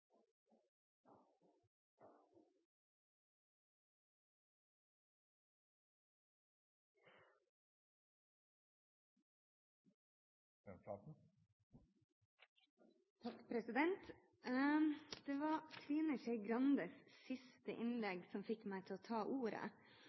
Norge ha. Det var Trine Skei Grandes siste